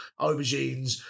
aubergines